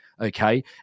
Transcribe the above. okay